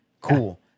cool